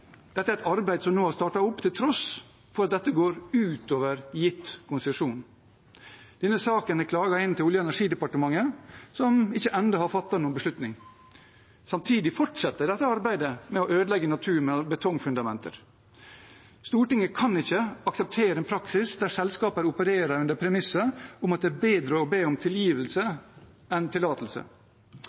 Dette er et arbeid som nå er startet opp til tross for at dette går ut over gitt konsesjon. Denne saken er klaget inn til Olje- og energidepartementet, som ennå ikke har fattet noen beslutning. Samtidig fortsetter dette arbeidet med å ødelegge natur med betongfundamenter. Stortinget kan ikke akseptere en praksis der selskaper opererer under premisset om at det er bedre å be om tilgivelse enn tillatelse.